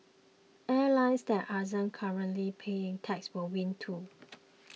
airlines that aren't currently paying taxes will win too